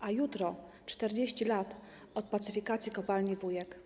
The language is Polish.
a jutro - 40 lat od pacyfikacji kopalni Wujek.